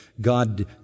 God